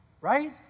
right